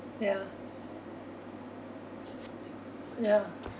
ya ya